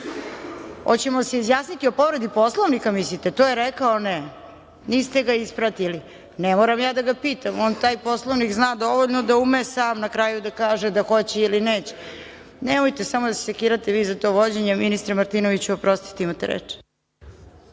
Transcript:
li se izjasniti o povredi Poslovnika mislite? To je rekao ne, niste ga ispratili. Ne moram ja da ga pitam, on taj Poslovnik zna dovoljno da ume sam na kraju da kaže da li hoće ili neće? Nemojte samo vi da se sekirate za to vođenje. Ministru Martinoviću, oprostite. Imate reč.